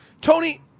Tony